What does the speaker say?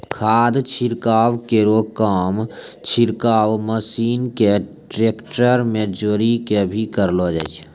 खाद छिड़काव केरो काम छिड़काव मसीन क ट्रेक्टर में जोरी कॅ भी करलो जाय छै